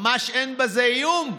ממש אין בזה איום.